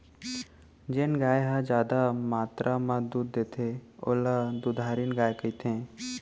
जेन गाय ह जादा मातरा म दूद देथे ओला दुधारिन गाय कथें